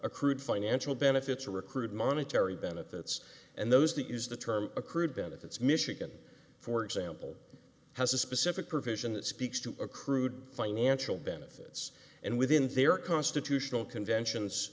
accrued financial benefits or recruit monetary benefits and those that use the term accrued benefits michigan for example has a specific provision that speaks to a crude financial benefits and within their constitutional